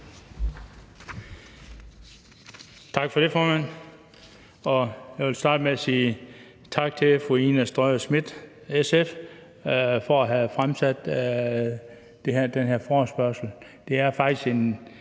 Tak for det, formand. Jeg vil starte med at sige tak til fru Ina Strøjer-Schmidt fra SF for at have stillet den her forespørgsel. Det er faktisk en